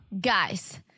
Guys